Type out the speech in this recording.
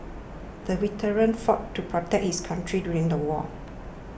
the veteran fought to protect his country during the war